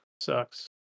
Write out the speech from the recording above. sucks